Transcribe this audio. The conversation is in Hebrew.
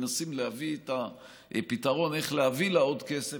כשמנסים להביא את הפתרון איך להביא לה עוד כסף,